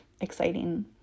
exciting